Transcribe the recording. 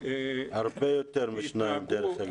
--- הרבה יותר משתיים, דרך אגב.